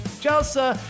Chelsea